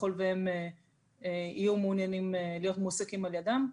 ככל והם יהיו מעוניינים להיות מעוקים על ידם.